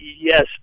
yes